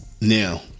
Now